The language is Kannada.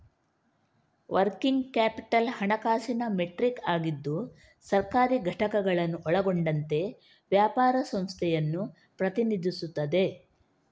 ವರ್ಕಿಂಗ್ ಕ್ಯಾಪಿಟಲ್ ಹಣಕಾಸಿನ ಮೆಟ್ರಿಕ್ ಆಗಿದ್ದು ಸರ್ಕಾರಿ ಘಟಕಗಳನ್ನು ಒಳಗೊಂಡಂತೆ ವ್ಯಾಪಾರ ಸಂಸ್ಥೆಯನ್ನು ಪ್ರತಿನಿಧಿಸುತ್ತದೆ